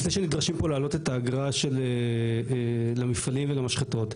לפני שנדרשים פה להעלות את האגרה למפעלים ולמשחטות,